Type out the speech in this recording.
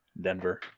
Denver